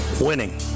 Winning